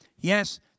Yes